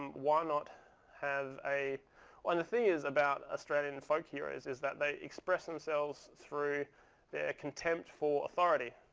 why not have a and the thing is about australian folk heroes is that they express themselves through their contempt for authority.